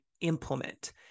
implement